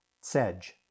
Sedge